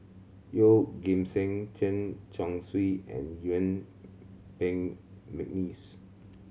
Yeoh Ghim Seng Chen Chong Swee and Yuen Peng McNeice